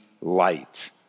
light